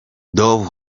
dove